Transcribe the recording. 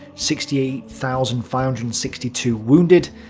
sixty eight thousand five hundred and sixty two wounded,